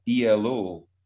ELO